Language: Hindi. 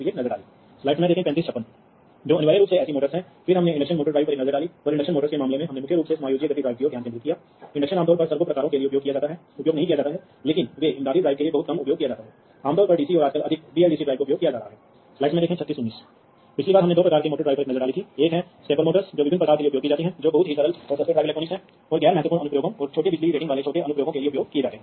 सिग्नल अखंडता क्योंकि यह एनालॉग संचार है हालांकि वर्तमान संचार वोल्टेज संचार की तुलना में अधिक प्रतिरक्षा है लेकिन फिर भी यह अपमानजनक है जबकि फील्डबस उपकरणों की प्रतिरक्षा है क्योंकि यह डिजिटल डेटा है यह काफी उत्कृष्ट है